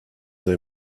they